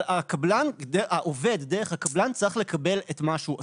הקבלן, העובד דרך הקבלן צריך לקבל את מה שהוא עשה.